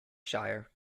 shire